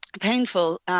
painful